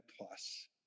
plus